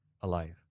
alive